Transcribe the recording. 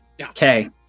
Okay